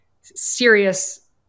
serious